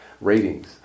ratings